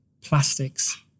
plastics